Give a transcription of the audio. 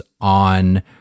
on